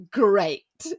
great